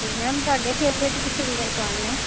ਅਤੇ ਮੈਮ ਤੁਹਾਡੇ favourite singer ਕੌਣ ਨੇ